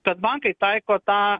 kad bankai taiko tą